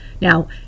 Now